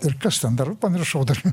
ir kas ten dar pamiršau dar